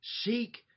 Seek